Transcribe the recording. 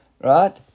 Right